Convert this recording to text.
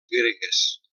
gregues